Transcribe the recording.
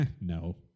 no